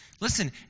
Listen